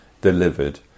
delivered